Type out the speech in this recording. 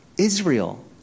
Israel